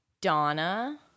Donna